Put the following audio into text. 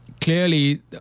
Clearly